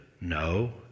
no